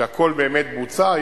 שהכול באמת בוצע.